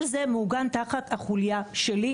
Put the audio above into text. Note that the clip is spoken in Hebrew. כל זה מעוגן תחת החוליה שלי.